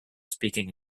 speaking